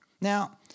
Now